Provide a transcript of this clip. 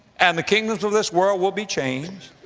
and the kingdoms of this world will be changed.